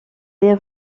les